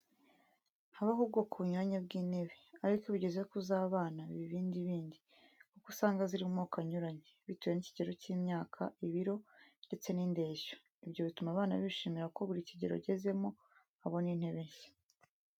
Habaho ubwoko bunyuranye bw'intebe, ariko iyo bigeze kuza abana biba ibindi bindi kuko uzanga ziri amokoko anyuranye; Bitewe ni ikigero cy'imyaka, ibiro ndetse ni indenshyo. Ibyo bituma abana bishimira ko buri kigero agezemo abona intebe nshya.